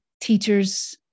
teachers